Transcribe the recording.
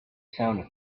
sound